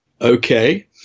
Okay